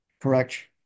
correct